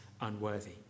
unworthy